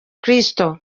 kristo